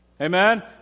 Amen